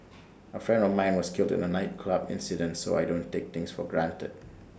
A friend of mine was killed in A nightclub incident so I don't take things for granted